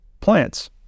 plants